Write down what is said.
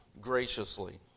graciously